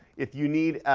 if you need,